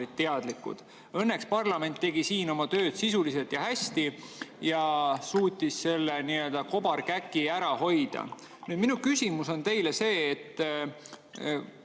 teadlikud. Õnneks parlament tegi siin oma tööd sisuliselt ja hästi ning suutis selle nii-öelda kobarkäki ära hoida. Minu küsimus teile on see.